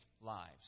lives